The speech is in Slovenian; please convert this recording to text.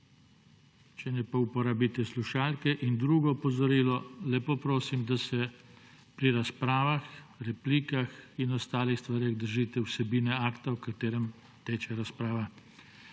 če ne, pa uporabite slušalke. In drugo opozorilo, lepo prosim, da se pri razpravah, replikah in ostalih stvareh držite vsebine akta, o katerem teče razprava.